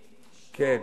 לאשתו,